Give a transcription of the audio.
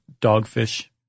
dogfish